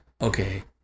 okay